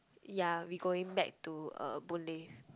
ya we going back to uh Boon Lay